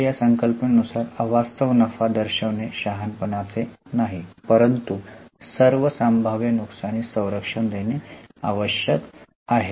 तर या संकल्पने नुसार अवास्तव नफा दर्शविने शहाणपणाचे नाही परंतु सर्व संभाव्य नुकसानीस संरक्षण देणे आवश्यक आहे